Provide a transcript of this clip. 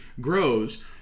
grows